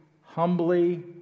humbly